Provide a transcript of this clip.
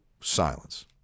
silence